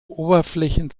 oberflächen